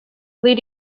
lee